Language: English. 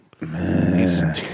Man